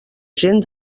gent